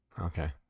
Okay